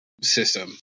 system